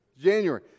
January